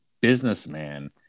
businessman